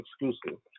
exclusive